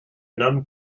nomme